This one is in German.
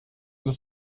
des